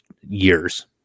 years